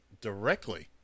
directly